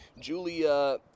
Julia